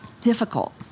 difficult